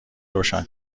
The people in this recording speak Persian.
روشن